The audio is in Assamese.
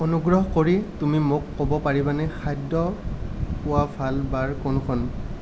অনুগ্ৰহ কৰি তুমি মোক ক'ব পাৰিবানে খাদ্য পোৱা ভাল বাৰ কোনখন